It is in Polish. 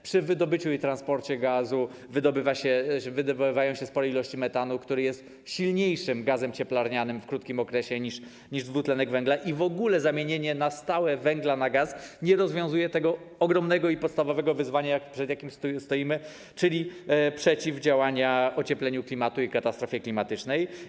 Przy wydobyciu i transporcie gazu wydobywają się spore ilości metanu, który jest silniejszym gazem cieplarnianym w krótkim okresie niż dwutlenek węgla i w ogóle zamiana na stałe węgla na gaz nie rozwiązuje tego ogromnego i podstawowego wyzwania, przed jakim stoimy, czyli przeciwdziałania ociepleniu klimatu i katastrofie klimatycznej.